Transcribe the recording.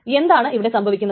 എന്താണ് ഇവിടെ സംഭവിക്കുന്നത്